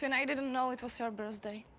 and i didn't know it was your birthday.